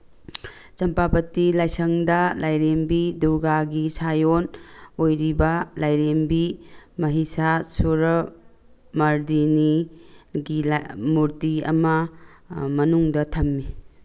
ꯆꯝꯄꯥꯚꯇꯤ ꯂꯥꯏꯁꯪꯗ ꯂꯥꯏꯔꯦꯝꯕꯤ ꯗꯨꯔꯒꯥꯒꯤ ꯁꯥꯏꯌꯣꯟ ꯑꯣꯏꯔꯤꯕ ꯂꯥꯏꯔꯦꯝꯕꯤ ꯃꯍꯤꯁꯥꯁꯨꯔꯃꯥꯔꯗꯤꯅꯤꯒꯤ ꯃꯨꯔꯇꯤ ꯑꯃ ꯃꯅꯨꯡꯗ ꯊꯝꯃꯤ